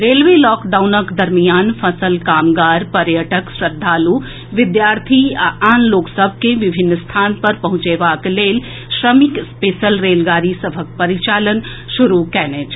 railway लॉकडाउनक दरमियान फंसल कामगार पर्यटक श्रद्वालु विद्यार्थी आ आन लोक सभ के विभिन्न स्थान पर पहुंचएबाक लेल श्रमिक स्पेशल रेलगाड़ी सभक परिचालन शुरू कएने छल